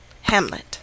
Hamlet